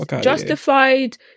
Justified